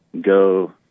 go